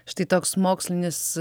štai toks mokslinis